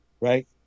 right